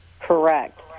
Correct